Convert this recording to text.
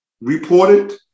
reported